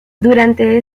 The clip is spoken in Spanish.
durante